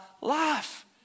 life